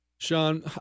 Sean